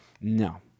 No